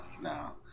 No